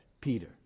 Peter